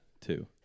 Two